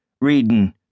reading